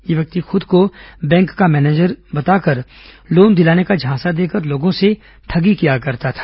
यह व्यक्ति खुद को बैंक का मैनेजर बनाकर लोन दिलाने का झांसा देकर लोगों से ठगी किया करता था